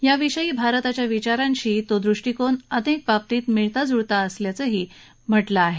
याविषयी भारताच्या विचारांशी तो ृष्टिकोन अनेक बाबतींत मिळताज्ळता असल्याचंही म्हटलं आहे